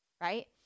Right